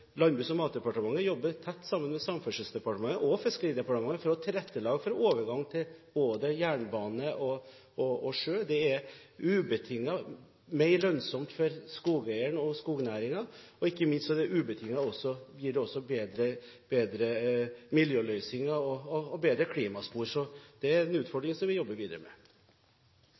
Landbruks- og matdepartementet jobber tett sammen med Samferdselsdepartementet og Fiskeridepartementet for å tilrettelegge for overgang til både jernbane og sjø. Det er ubetinget mer lønnsomt for skogeieren og skognæringen, og ikke minst gir det også ubetinget bedre miljøløsninger og bedre klimaspor. Dette er en utfordring vi jobber videre med.